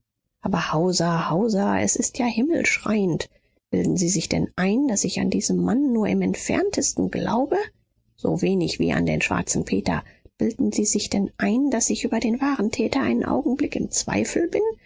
aber hauser hauser es ist ja himmelschreiend bilden sie sich denn ein daß ich an diesen mann nur im entferntesten glaube so wenig wie an den schwarzen peter bilden sie sich denn ein daß ich über den wahren täter einen augenblick im zweifel bin